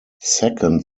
second